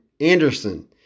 Anderson